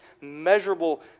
measurable